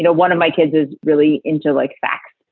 you know one of my kids is really into like facts.